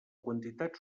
quantitat